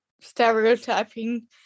stereotyping